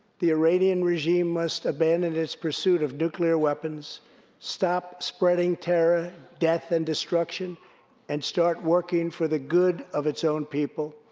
the iranian regime must abandon its pursuit of nuclear weapons stop spreading terror, death, and destruction and start working for the good of its own people.